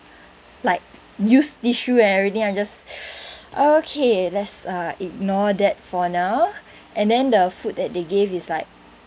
like used tissue and everything I'm just okay let's uh ignore that for now and then the food that they gave is like